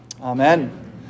Amen